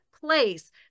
place